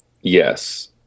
Yes